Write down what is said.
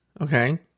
Okay